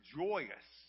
joyous